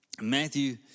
Matthew